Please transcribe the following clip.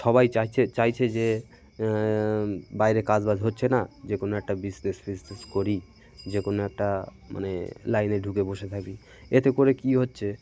সবাই চাইছে চাইছে যে বাইরে কাজ বাজ হচ্ছে না যে কোনো একটা বিজনেস ফিসনেস করি যে কোনো একটা মানে লাইনে ঢুকে বসে থাকি এতে করে কী হচ্ছে